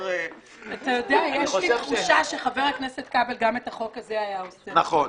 יש לי תחושה שחבר הכנסת כבל גם את החוק הזה היה עושה נכון.